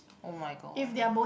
oh my god